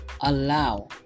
allow